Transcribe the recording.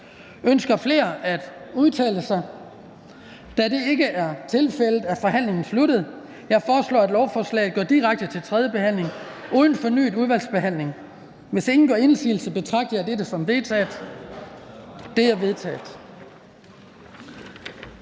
Ønsker nogen at udtale sig? Da det ikke er tilfældet, er forhandlingen sluttet. Jeg foreslår, at lovforslaget går direkte til tredje behandling uden fornyet udvalgsbehandling. Hvis ingen gør indsigelse, betragter jeg dette som vedtaget. Det er vedtaget.